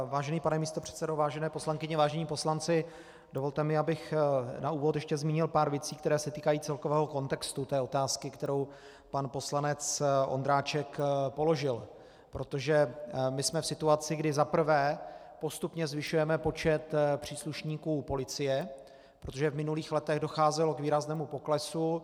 Vážený pane místopředsedo, vážené poslankyně, vážení poslanci, dovolte mi, abych na úvod ještě zmínil pár věcí, které se týkají celkového kontextu té otázky, kterou pan poslanec Ondráček položil, protože my jsme v situaci, kdy za prvé postupně zvyšujeme počet příslušníků policie, protože v minulých letech docházelo k výraznému poklesu.